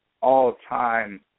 all-time